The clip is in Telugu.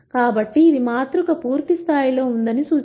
కాబట్టి ఇది మాతృక పూర్తిస్థాయిలో ఉందని సూచిస్తుంది